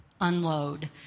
unload